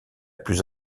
plus